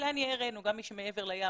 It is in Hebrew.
גם מי מעבר לים,